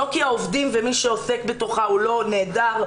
לא כי העובדים ומי שעובד בתוכה הוא לא נהדר,